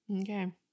Okay